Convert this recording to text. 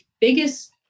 biggest